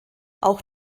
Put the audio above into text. auch